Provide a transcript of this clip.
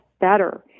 better